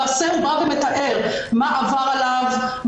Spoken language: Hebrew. הוא בא ומתאר מה עבר עליו,